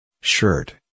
Shirt